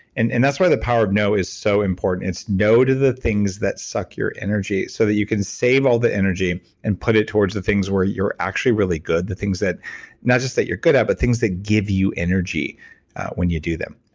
and and that's why the power of no is so important. it's no to the things that suck your energy so that you can save all the energy and put it towards the things where you're actually really good. the things that not just that you're good at but things that give you energy when you do them.